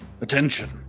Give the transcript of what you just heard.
attention